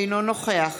אינו נוכח